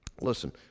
Listen